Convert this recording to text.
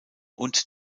und